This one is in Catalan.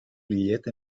pillet